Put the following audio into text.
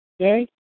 Okay